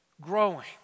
growing